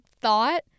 thought